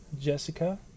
Jessica